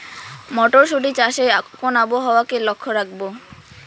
মটরশুটি চাষে কোন আবহাওয়াকে লক্ষ্য রাখবো?